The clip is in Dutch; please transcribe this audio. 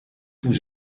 toen